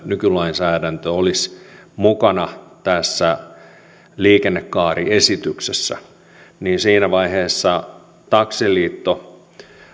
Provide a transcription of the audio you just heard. nykylainsäädäntö olisi mukana tässä liikennekaariesityksessä niin siinä vaiheessa taksiliitto